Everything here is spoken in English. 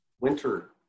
Winter